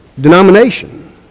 denomination